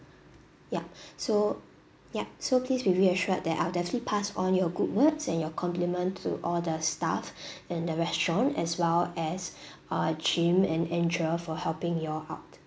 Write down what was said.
yup so yup so please be reassured that I'll definitely pass on your good words and your compliment to all the staff and the restaurant as well as uh jim and andra for helping y'all out